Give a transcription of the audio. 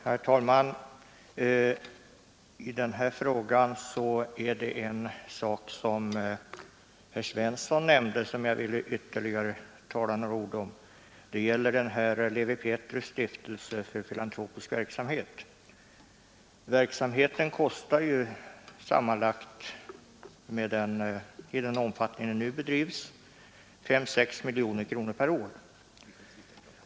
Herr talman! Herr Svensson i Kungälv nämnde en sak tidigare, som jag här vill säga några ord om ytterligare. Den filantropiska verksamhet som bedrivs av Lewi Pethrus” stiftelse kostar med nuvarande omfattning sammanlagt 5 å 6 miljoner kronor per år.